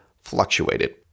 fluctuated